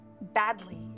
badly